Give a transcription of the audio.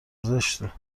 زشته